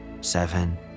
seven